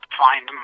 find